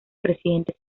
presidente